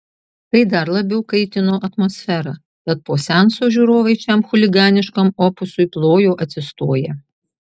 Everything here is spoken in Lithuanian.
tai dar labiau kaitino atmosferą tad po seanso žiūrovai šiam chuliganiškam opusui plojo atsistoję